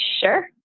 Sure